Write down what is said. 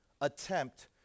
attempt